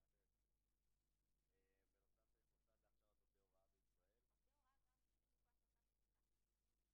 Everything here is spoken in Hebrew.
אבל אם רוצים להבטיח סיכויי הלימה יותר גבוהים